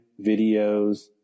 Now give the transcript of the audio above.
videos